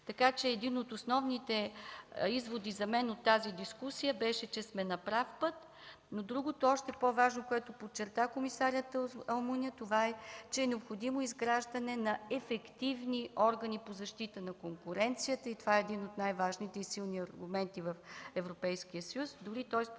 Така че един от основните изводи за мен от тази дискусия беше, че сме на прав път. Другото, още по-важно, което подчерта комисарят Алмуня, е, че е необходимо изграждане на ефективни органи по защита на конкуренцията – това е един от най-важните и силни аргументи в Европейския съюз. Дори той спомена,